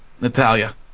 Natalia